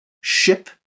Ship